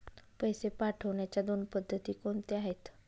पैसे पाठवण्याच्या दोन पद्धती कोणत्या आहेत?